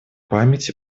памяти